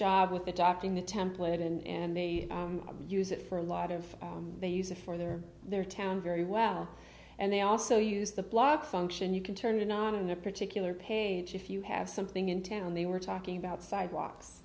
job with adopting the template and they use it for a lot of they use it for their their town very well and they also use the blog function you can turn it on in a particular page if you have something in town they were talking about sidewalks